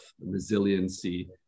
resiliency